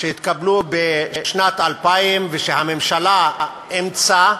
שהתקבלו בשנת 2000 והממשלה אימצה: